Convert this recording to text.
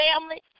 family